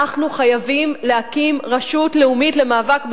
אנחנו חייבים להקים רשות לאומית למאבק באלימות,